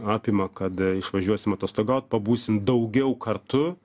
apima kad išvažiuosim atostogaut pabūsim daugiau kartu